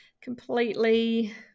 completely